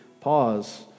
pause